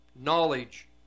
knowledge